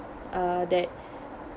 uh that